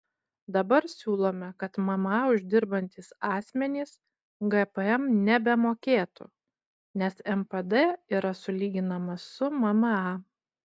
dabar siūlome kad mma uždirbantys asmenys gpm nebemokėtų nes npd yra sulyginamas su mma